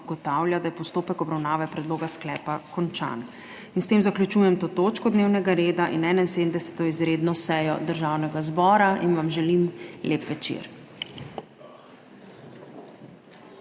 da je postopek obravnave predloga sklepa končan. In s tem zaključujem to točko dnevnega reda in 71. izredno sejo Državnega zbora. Vam želim lep večer.